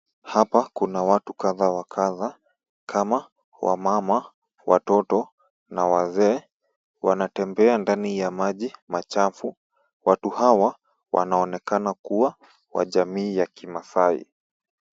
Hapa kuna watu kadha wa kadha kama wamama , watoto na wazee wanatembea ndani ya maji machafu. Watu hawa wanaonekana kuwa wa jamii ya kimaasai.